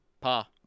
Pa